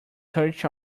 such